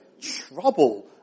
trouble